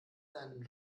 seinen